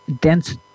dense